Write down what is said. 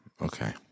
Okay